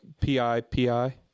P-I-P-I